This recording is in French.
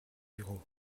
bureau